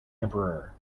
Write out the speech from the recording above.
emperor